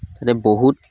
তাতে বহুত